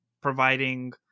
providing